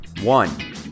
One